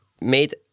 made